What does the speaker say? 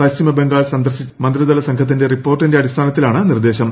പശ്ചിമ ബംഗാൾ സന്ദർശിച്ച മന്ത്രിതല സംഘത്തിന്റെ റിപ്പോർട്ടിന്റെ അടിസ്ഥാനത്തിലാണ് നിർദ്ദേശം